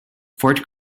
ford